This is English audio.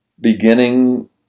beginning